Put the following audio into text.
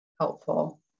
helpful